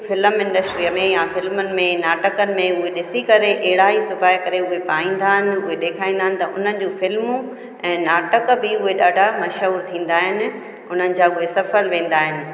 film इंड्रस्टीअ में या फिल्मनि में नाटकनि में ॾिसी करे हेड़ा ई सुभाए करे उहे पाईंदा आहिनि उहे ॾेखारींदा आहिनि त उहे फिल्मूं ऐं नाटक बि उहे ॾाढा मशहूरु थींदा आहिनि उन्हनि जा उहे सफल वेंदा आहिनि